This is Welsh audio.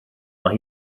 mae